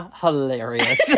hilarious